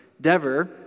Dever